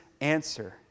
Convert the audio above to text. answer